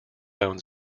owns